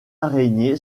araignée